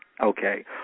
Okay